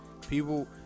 People